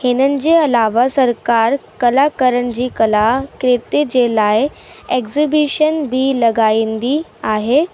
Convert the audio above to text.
हिननि जे अलावा सरकारु कलाकारनि जी कला कृति जे लाइ एग्जिबिशन बि लॻाई वेंदी आहे